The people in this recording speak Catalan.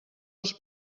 als